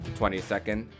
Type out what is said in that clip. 22nd